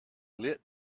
lit